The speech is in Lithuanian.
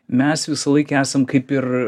mes visąlaik esam kaip ir